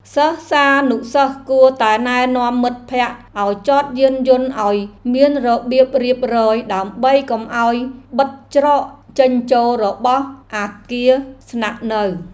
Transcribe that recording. សិស្សានុសិស្សគួរតែណែនាំមិត្តភក្តិឱ្យចតយានយន្តឱ្យមានរបៀបរៀបរយដើម្បីកុំឱ្យបិទច្រកចេញចូលរបស់អគារស្នាក់នៅ។